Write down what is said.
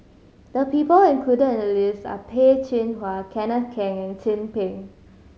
the people included in the list are Peh Chin Hua Kenneth Keng and Chin Peng